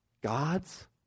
God's